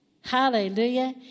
Hallelujah